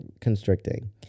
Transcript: constricting